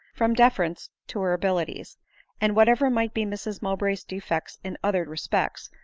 from de ference to her abilities and whatever might be mrs mow bray's defects in other respects,